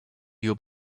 you